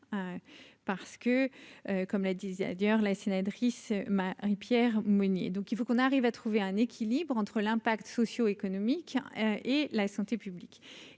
parce que comme le disait ailleurs l'ASN Edris Marie-Pierre Mounier, donc il faut qu'on arrive à trouver un équilibre entre l'impact socio-économique et la santé publique